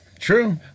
True